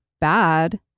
bad